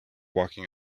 walking